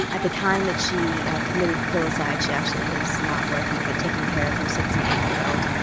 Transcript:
at the time that she committed the filicide she actually was not working but taking care of her six and eight year old.